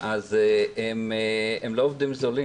הם לא עובדים זרים.